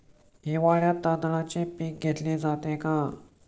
हिवाळ्यात तांदळाचे पीक घेतले जाते का?